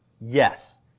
Yes